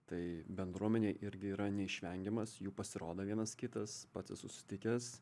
tai bendruomenėj irgi yra neišvengiamas jų pasirodo vienas kitas pats susitikęs